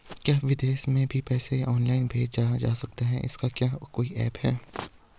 क्या विदेश में भी पैसा ऑनलाइन भेजा जा सकता है इसका क्या कोई ऐप है?